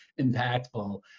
impactful